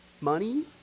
Money